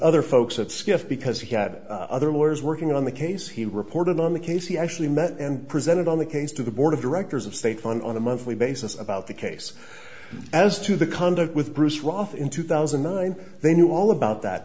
other folks at skift because he had other lawyers working on the case he reported on the case he actually met and presented on the case to the board of directors of state fun on a monthly basis about the case as to the conduct with bruce roth in two thousand and nine they knew all about that